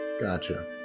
Gotcha